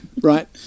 Right